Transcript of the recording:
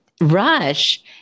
Rush